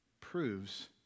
proves